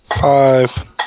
five